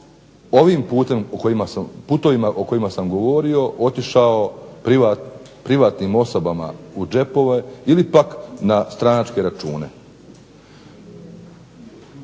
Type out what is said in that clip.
ovim putovima kojima sam govorio otišao privatnim osobama u džepove ili pak na stranačke račune.